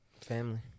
Family